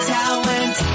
talent